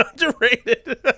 underrated